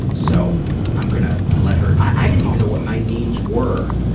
so um i'm gonna let her. i didn't even know what my needs were.